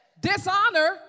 dishonor